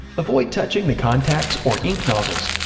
avoid touching the contacts or ink nozzles.